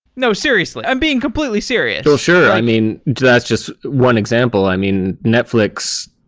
no, seriously. i'm being completely serious. so sure. i mean, that's just one example. i mean, netflix